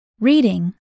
Reading